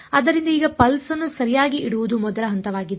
ಆದ್ದರಿಂದ ಈಗ ಪಲ್ಸ್ ನ್ನು ಸರಿಯಾಗಿ ಇಡುವುದು ಮೊದಲ ಹಂತವಾಗಿದೆ